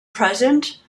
present